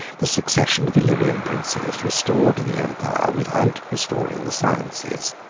the succession of illyrian princes restored the empire without restoring the sciences.